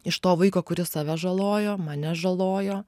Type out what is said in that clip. iš to vaiko kuris save žalojo mane žalojo